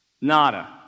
Nada